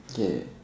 gay